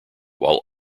while